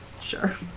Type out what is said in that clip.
Sure